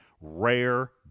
rare